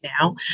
now